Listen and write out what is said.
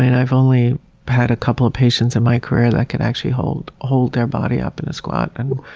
and i've only had a couple of patients in my career that could actually hold hold their body up in a squat and